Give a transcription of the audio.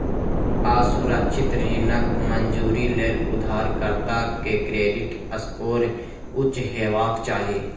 असुरक्षित ऋणक मंजूरी लेल उधारकर्ता के क्रेडिट स्कोर उच्च हेबाक चाही